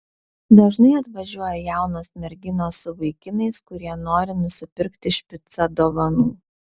dažnai atvažiuoja jaunos merginos su vaikinais kurie nori nusipirkti špicą dovanų